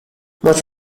much